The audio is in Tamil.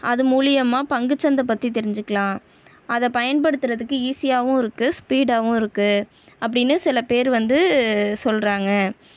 அது மூலிமா பங்குச்சந்தை பற்றி தெரிஞ்சுக்லாம் அதை பயன்படுத்துகிறதுக்கு ஈசியாகவும் இருக்குது ஸ்பீடாகவும் இருக்குது அப்படின்னு சில பேர் வந்து சொல்கிறாங்க